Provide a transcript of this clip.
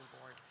board